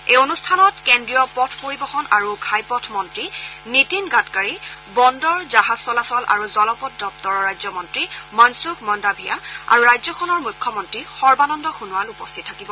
এই অনুষ্ঠানত কেন্দ্ৰীয় পথ পৰিবহন আৰু ঘাইপথ মন্ত্ৰী নীতিন গাডকাৰী বন্দৰ জাহাজ চলাচল আৰু জলপথ দপ্তৰৰ ৰাজ্যমন্ত্ৰী মনসুখ মন্দাভিয়া আৰু ৰাজ্যখনৰ মুখ্যমন্ত্ৰী সৰ্বানন্দ সোণোৱাল উপস্থিত থাকিব